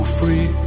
free